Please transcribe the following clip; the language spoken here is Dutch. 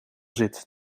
zit